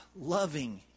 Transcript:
loving